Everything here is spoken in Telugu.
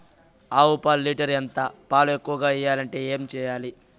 ఆవు పాలు లీటర్ ఎంత? పాలు ఎక్కువగా ఇయ్యాలంటే ఏం చేయాలి?